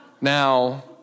Now